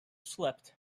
slept